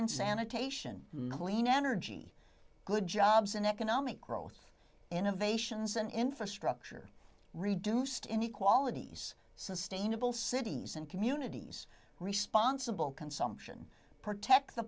and sanitation clean energy good jobs and economic growth innovations in infrastructure reduced inequalities sustainable cities and communities responsible consumption protect the